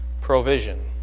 provision